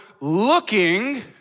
looking